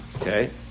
Okay